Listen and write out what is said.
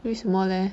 为什么 leh